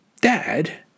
dad